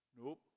nope